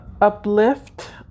uplift